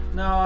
no